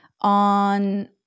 on